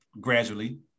gradually